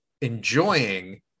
enjoying